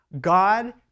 God